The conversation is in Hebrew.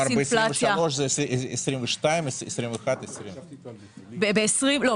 כלומר, 2023 זה 2022, 2021, 2020. לא.